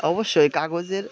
অবশ্যই কাগজের